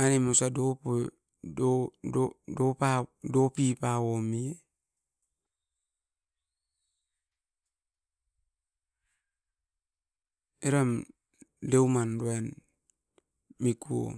tan osa dopoip eram deuman uruain mikuom.